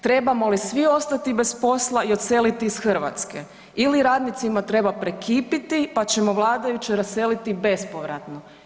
Trebamo li svi ostati bez posla i odseliti iz Hrvatske ili radnicima treba prekipiti pa ćemo vladajuće raseliti bespovratno?